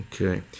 Okay